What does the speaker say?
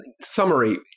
summary